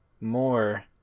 more